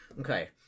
Okay